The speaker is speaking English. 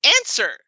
answer